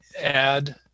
add